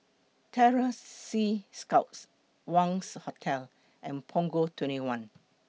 Terror Sea Scouts Wangz Hotel and Punggol twenty one